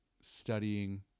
studying